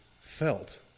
felt